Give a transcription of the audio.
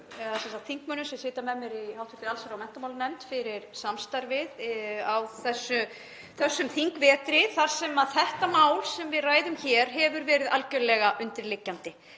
þakka þingmönnum sem sitja með mér í hv. allsherjar- og menntamálanefnd fyrir samstarfið á þessum þingvetri þar sem þetta mál sem við ræðum hér hefur verið algerlega undirliggjandi